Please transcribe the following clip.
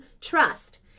trust